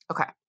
Okay